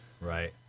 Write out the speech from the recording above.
Right